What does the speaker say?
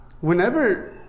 whenever